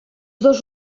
dos